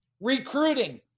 Recruiting